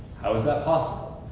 how is that possible?